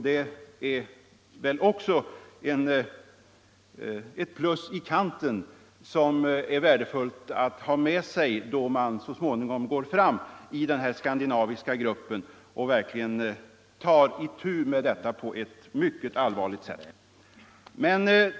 Det är värdefullt att ha dessa bilder, då man så småningom i den skandinaviska arbetsgruppen på allvar tar itu med problemet.